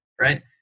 right